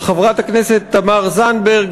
חברת הכנסת מרב מיכאלי,